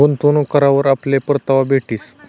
गुंतवणूक करावर आपले परतावा भेटीस